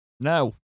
No